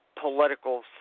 political